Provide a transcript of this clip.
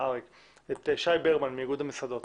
שי ברמן מאיגוד המסעדות